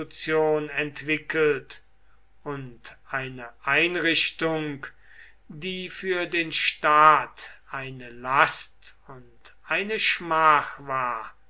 entwickelt und eine einrichtung die für den staat eine last und eine schmach war